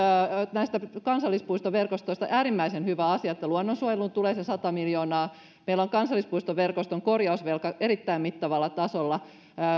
kansallispuistoverkostosta äärimmäisen hyvä asia että luonnonsuojeluun tulee se sata miljoonaa meillä on kansallispuistoverkoston korjausvelka erittäin mittavalla tasolla